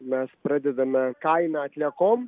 mes pradedame kainą atliekom